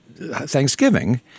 Thanksgiving